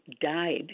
died